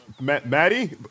Maddie